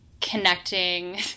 connecting